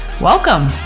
Welcome